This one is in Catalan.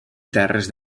terres